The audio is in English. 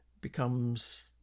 becomes